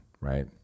right